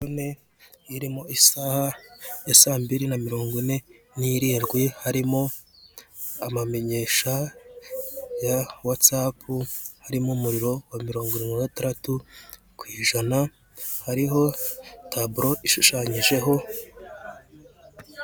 Terefone irimo isaha ya saa mbiri na mirongo ine n'irindwi harimo amamenyesha ya watsapu harimo umuriro wa mirongo mirongo irindwi na gartandatu ku ijana hariho taburo ishushanyijeho.